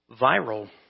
viral